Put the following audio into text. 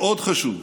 מאוד חשוב,